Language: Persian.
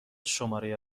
شماره